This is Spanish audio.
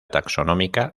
taxonómica